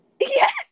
Yes